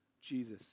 Jesus